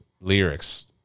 lyrics